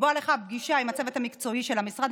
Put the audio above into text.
לקבוע לך פגישה עם הצוות המקצועי של המשרד.